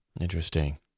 Interesting